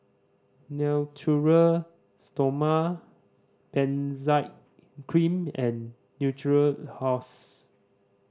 Natura Stoma Benzac Cream and Natura House